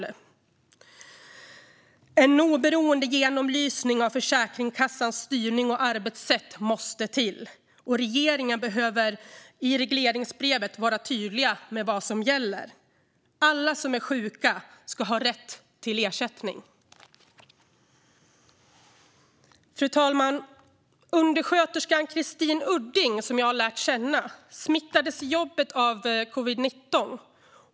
En oberoende genomlysning av Försäkringskassans styrning och arbetssätt måste till, och regeringen behöver i regleringsbrevet vara tydlig med vad som gäller. Alla som är sjuka ska ha rätt till ersättning. Fru talman! Undersköterskan Christine Udding, som jag har lärt känna, smittades i jobbet av covid-19.